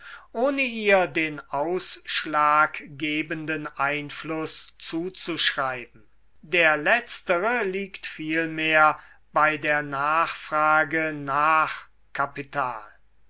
ohne ihr den ausschlaggebenden einfluß zuzuschreiben der letztere liegt vielmehr bei der nachfrage nach kapital